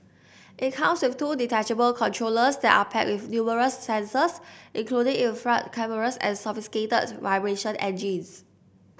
it comes with two detachable controllers that are packed with numerous sensors including infrared cameras and sophisticated vibration engines